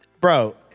Bro